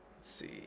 see